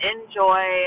Enjoy